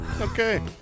Okay